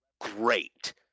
great